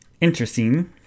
interesting